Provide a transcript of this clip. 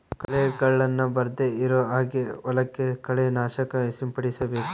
ಕಳೆಗಳನ್ನ ಬರ್ದೆ ಇರೋ ಹಾಗೆ ಹೊಲಕ್ಕೆ ಕಳೆ ನಾಶಕ ಸಿಂಪಡಿಸಬೇಕು